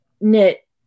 knit